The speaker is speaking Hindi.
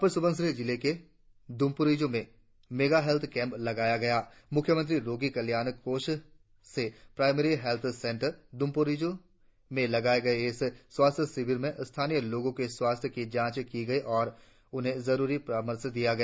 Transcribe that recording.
अपर सुबनसिरी जिले के द्रंपोरिजों में मेगा हेल्थ कैंप लगाया गया मुख्यमंत्री रोगी कल्याण कोष से प्राईमरी हेल्थ सेंटर दुंपोरिजो में लगाये गये इस स्वास्थ्य शिविर में स्थानीय लोगों के स्वास्थ्य की जांच की गयी और उन्हें जरुरी परामर्श दिया गया